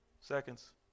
seconds